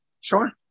Sure